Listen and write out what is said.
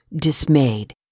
dismayed